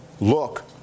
look